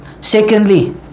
Secondly